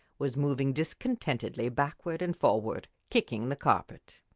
was moving discontentedly backward and forward, kicking the carpet.